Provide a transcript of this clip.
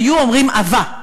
היו אומרים "עבה".